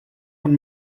von